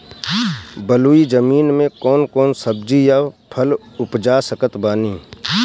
बलुई जमीन मे कौन कौन सब्जी या फल उपजा सकत बानी?